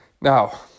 Now